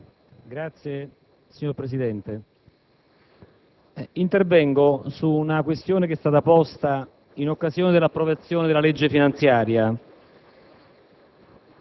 Signor Presidente, intervengo su una questione già posta in occasione dell'approvazione della legge finanziaria.